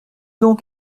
donc